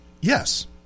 Yes